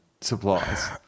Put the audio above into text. supplies